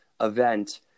event